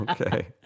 Okay